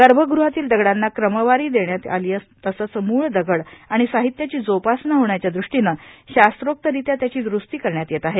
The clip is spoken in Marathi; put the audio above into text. गर्भगृहातील दगडांना क्रमवारी देण्यात आली तसेच मूळ दगड आणि साहित्याची जोपासना होण्याच्या दृष्टीने शास्त्रोक्तरित्या त्याची द्रुस्ती करण्यात येत आहे